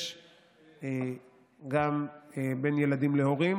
יש גם בין ילדים להורים,